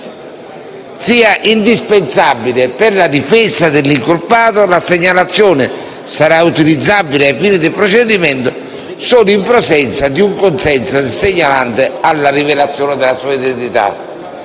sia indispensabile per la difesa dell'incolpato, la segnalazione sarà utilizzabile ai fini del procedimento disciplinare solo in presenza di consenso del segnalante alla rivelazione della sua identità.